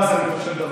בועז, אני חושב דבר